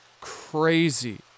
crazy